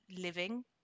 living